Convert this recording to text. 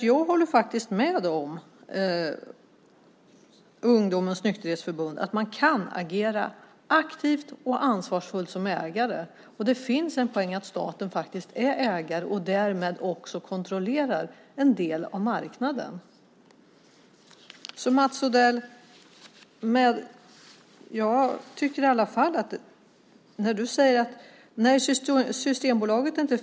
Jag håller med Ungdomens Nykterhetsförbund om att man som ägare kan agera aktivt och ansvarsfullt. Det finns en poäng med att staten är ägare och därmed också kontrollerar en del av marknaden. Mats Odell säger att Systembolaget inte är föremål för privatisering. Det tycker jag är bra.